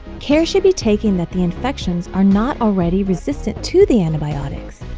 care should be taken that the infections are not already resistant to the antibiotics!